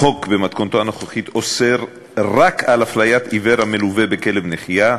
החוק במתכונתו הנוכחית אוסר רק הפליית עיוור המלווה בכלב נחייה.